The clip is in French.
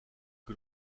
que